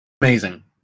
Amazing